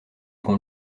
qu’on